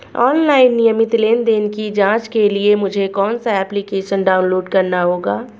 Online नियमित लेनदेन की जांच के लिए मुझे कौनसा एप्लिकेशन डाउनलोड करना होगा?